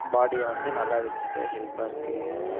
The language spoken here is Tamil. பாடியை வந்து நல்லா வச்சிக்க ஹெல்ப்பாக இருக்குது